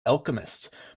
alchemist